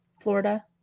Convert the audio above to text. Florida